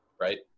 right